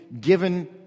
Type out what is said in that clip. given